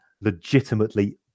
legitimately